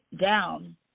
down